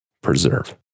preserve